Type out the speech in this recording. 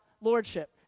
lordship